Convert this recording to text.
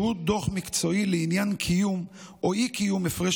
שהוא דוח מקצועי לעניין קיום או אי-קיום הפרש